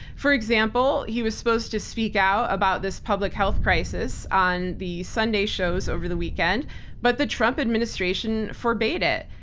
for example, he was supposed to speak out about this public health crisis on the sunday shows over the weekend but the trump administration forbade it.